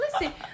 listen